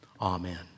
Amen